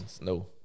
No